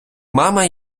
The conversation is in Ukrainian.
мама